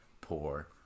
poor